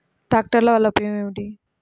ట్రాక్టర్ల వల్ల ఉపయోగం ఏమిటీ?